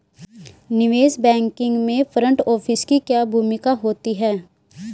निवेश बैंकिंग में front office की क्या भूमिका होती है?